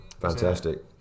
fantastic